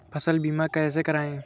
फसल बीमा कैसे कराएँ?